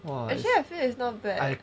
actually I feel it's not bah